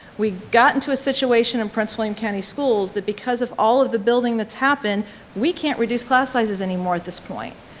we got into a situation in prince william county schools that because of all of the building that's happened we can't reduce class sizes anymore at this point.